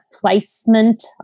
placement